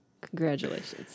Congratulations